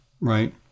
right